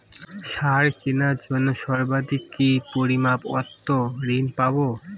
সার কেনার জন্য সর্বাধিক কি পরিমাণ অর্থ ঋণ পাব?